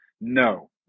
No